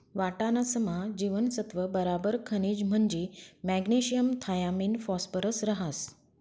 वाटाणासमा जीवनसत्त्व बराबर खनिज म्हंजी मॅग्नेशियम थायामिन फॉस्फरस रहास